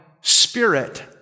spirit